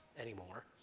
anymore